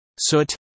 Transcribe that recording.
soot